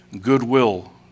goodwill